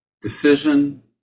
decision